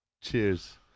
Cheers